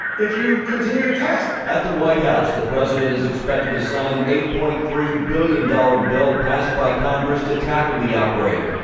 if you continue to test. remake at the white house the president is expected to sign an eight point three billion dollars bill passed by congress to tackle the outbreak.